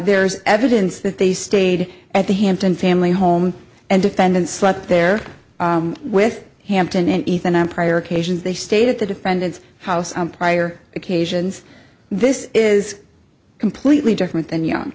there's evidence that they stayed at the hampton family home and defendant slept there with hampton and ethan on prior occasions they stayed at the defendant's house on prior occasions this is completely different than you